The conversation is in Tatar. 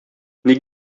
ник